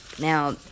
Now